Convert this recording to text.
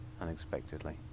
unexpectedly